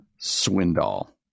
Swindoll